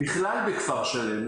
בכלל בכפר שלם,